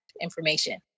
information